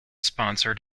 sponsored